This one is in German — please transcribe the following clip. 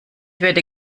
würde